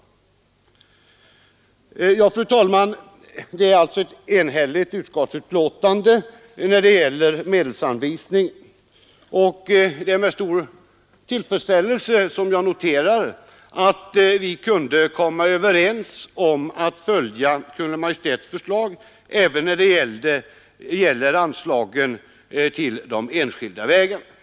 Fru talman! Utskottet är alltså enhälligt när det gäller medelsanvisningen, och det är med stor tillfredsställelse som jag noterar att vi kunde komma överens om att följa Kungl. Maj:ts förslag även i fråga om anslagen till de enskilda vägarna.